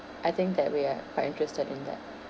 I think that we are quite interested in that